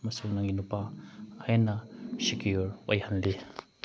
ꯑꯃꯁꯨꯡ ꯅꯪꯒꯤ ꯅꯨꯄꯥ ꯍꯦꯟꯅ ꯁꯦꯀ꯭ꯌꯣꯔ ꯑꯣꯏꯍꯜꯂꯤ